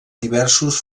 diversos